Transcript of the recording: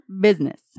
business